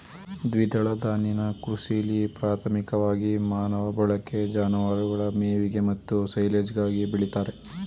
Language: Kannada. ದ್ವಿದಳ ಧಾನ್ಯನ ಕೃಷಿಲಿ ಪ್ರಾಥಮಿಕವಾಗಿ ಮಾನವ ಬಳಕೆ ಜಾನುವಾರುಗಳ ಮೇವಿಗೆ ಮತ್ತು ಸೈಲೆಜ್ಗಾಗಿ ಬೆಳಿತಾರೆ